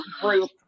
group